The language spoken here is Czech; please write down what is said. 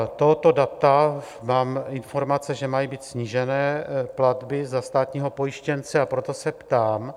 Od tohoto data mám informace, že mají být snížené platby za státního pojištěnce, a proto se ptám.